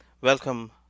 welcome